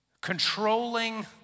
controlling